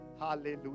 hallelujah